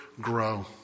grow